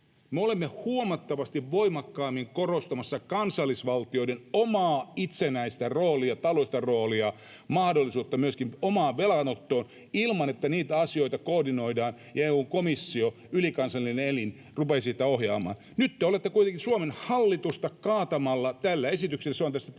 Me olemme huomattavasti voimakkaammin korostamassa kansallisvaltioiden omaa itsenäistä taloudellista roolia, mahdollisuutta myöskin omaan velanottoon ilman, että niitä asioita koordinoidaan ja EU:n komissio, ylikansallinen elin, rupeaisi sitä ohjaamaan. Nyt te olette kuitenkin Suomen hallitusta kaatamassa tällä esityksellä. Se on tässä teidän